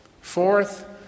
Fourth